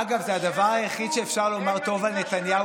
אגב, זה הדבר היחיד שאפשר לומר טוב על נתניהו